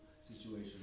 situation